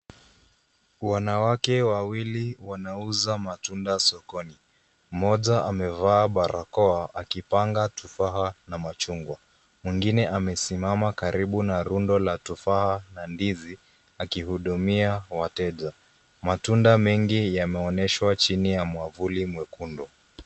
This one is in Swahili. Wanawake wawili wanauza matunda sokoni. Mmoja amevaa barakoa, akipanga tufaha na machungwa. Mwingine amesimama karibu na rundo la tufaha na ndizi, akihudumia wateja. Matunda mengi yameonyeshwa chini ya mwavuli mwekundu.